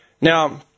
Now